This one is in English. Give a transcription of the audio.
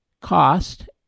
cost